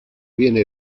viene